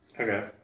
Okay